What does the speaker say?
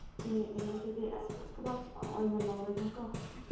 ꯑꯦ ꯑꯦ ꯑꯗꯨꯗꯤ ꯑꯩꯒ ꯄꯨꯂꯞ ꯑꯣꯏꯅ ꯂꯧꯔꯒꯦꯀꯣ